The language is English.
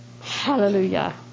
Hallelujah